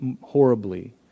horribly